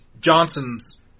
Johnson's